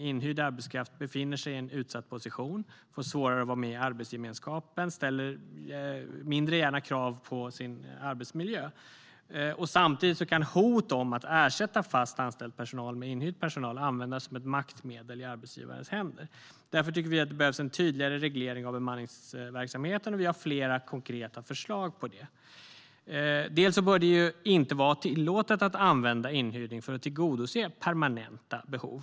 Inhyrd arbetskraft befinner sig i en utsatt position, får svårare att vara med i arbetsgemenskapen och ställer mindre gärna krav på sin arbetsmiljö. Samtidigt kan hot om att ersätta fast anställd personal med inhyrd personal användas som ett maktmedel i arbetsgivarens händer. Därför tycker vi att det behövs en tydligare reglering av bemanningsverksamheten. Vi har flera konkreta förslag om det. Det bör inte vara tillåtet att använda inhyrning för att tillgodose permanenta behov.